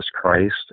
Christ